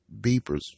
Beepers